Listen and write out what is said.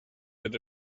that